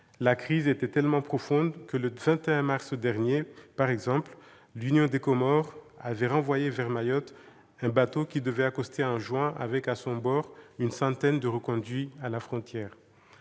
La crise était tellement profonde que, le 21 mars dernier, l'Union des Comores a renvoyé vers Mayotte un bateau qui devait accoster à Anjouan, avec, à son bord, une centaine de migrants reconduits à la frontière.